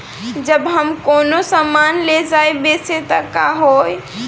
जब हम कौनो सामान ले जाई बेचे त का होही?